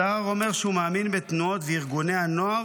השר אומר שהוא מאמין בתנועות וארגוני הנוער,